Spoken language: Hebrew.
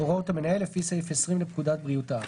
"הוראות המנהל" לפי סעיף 20 לפקודת בריאות העם,